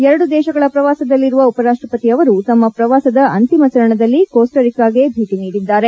ಎರಡು ದೇಶಗಳ ಪ್ರವಾಸದಲ್ಲಿರುವ ಉಪರಾಷ್ಟಪತಿ ಅವರು ತಮ್ಮ ಪ್ರವಾಸದ ಅಂತಿಮ ಚರಣದಲ್ಲಿ ಕೋಸ್ಟರಿಕಾಗೆ ಭೇಟ ನೀಡಿದ್ದಾರೆ